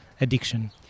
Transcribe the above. addiction